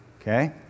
Okay